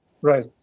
Right